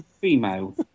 Female